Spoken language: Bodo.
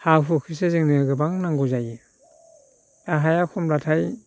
हा हुखौसो जोङो गोबां नांगौ जायो हाया खमब्लाथाय